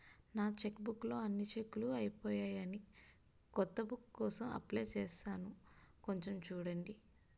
నా చెక్బుక్ లో అన్ని చెక్కులూ అయిపోయాయని కొత్త బుక్ కోసం అప్లై చేసాను కొంచెం చూడండి